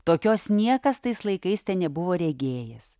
tokios niekas tais laikais nebuvo regėjęs